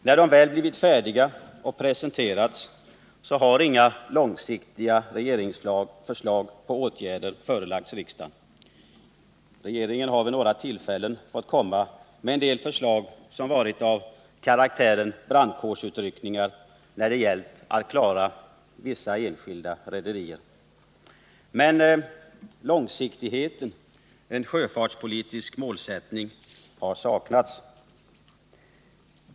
När de väl blivit färdiga och presenterats har inga långsiktiga regeringsförslag på åtgärder förelagts riksdagen. Regeringen har vid några tillfällen fått komma med en del förslag som varit av karaktären brandkårsutryckningar när det gällt att klara vissa enskilda rederier. Men långsiktigheten, en sjöfartspolitisk målsättning, har saknats.